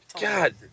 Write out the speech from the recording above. God